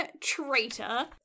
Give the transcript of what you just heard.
traitor